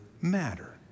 matter